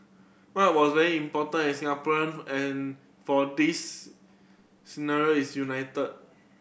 what was very important as Singaporean and for this ceremony is unity